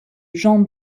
jean